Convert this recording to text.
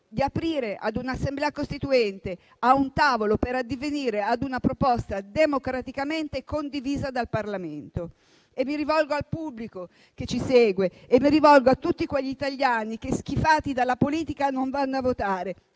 di aprire ad un'Assemblea costituente o a un tavolo per addivenire a una proposta democraticamente condivisa dal Parlamento. Mi rivolgo al pubblico che ci segue e a tutti quegli italiani che, schifati dalla politica, non vanno a votare: